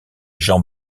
jean